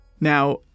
Now